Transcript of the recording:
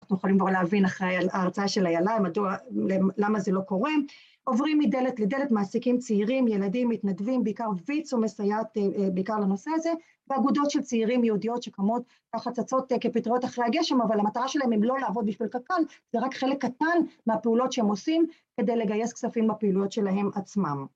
אנחנו יכולים כבר להבין, אחרי ההרצאה של איילה, מדוע... למה זה לא קורה. עוברים מדלת לדלת, מעסיקים צעירים, ילדים, מתנדבים, בעיקר. ויצ"ו מסייעת בעיקר לנושא הזה. ואגודות של צעירים יהודיות שקמות תחת... צצות כפטריות אחרי הגשם, אבל המטרה שלהם הם לא לעבוד בשביל קק"ל, זה רק חלק קטן מהפעולות שהם עושים כדי לגייס כספים בפעילויות שלהם עצמם.